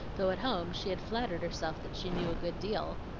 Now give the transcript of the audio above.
though at home she had flattered herself that she knew a good deal.